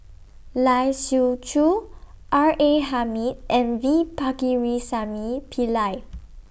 Lai Siu Chiu R A Hamid and V Pakirisamy Pillai